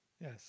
Yes